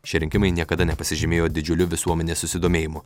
šie rinkimai niekada nepasižymėjo didžiuliu visuomenės susidomėjimu